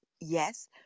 yes